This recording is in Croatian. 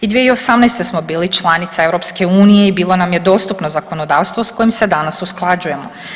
I 2018. smo bili članica EU i bilo nam je dostupno zakonodavstvo s kojim se danas usklađujemo.